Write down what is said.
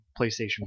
PlayStation